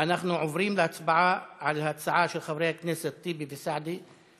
והבריאות נתקבלה.